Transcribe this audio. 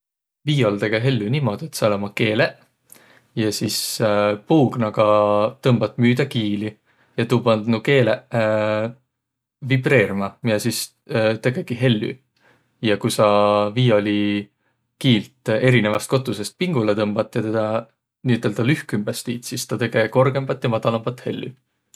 Viiol tege hellü niimuudu, et sääl ummaq keeleq ja sis puugnaga tõmbat müüdä kiili. Ja tuu pand nuuq keeleq vibriirmä, miä sis tegegi hellü. Ja ku saq viiolikiilt erineväst kotussõst pingulõ tõmbat ja tedä niiüteldäq lühkümbäs tiit, sis tä tege korgõmbat ja madalambat hellü.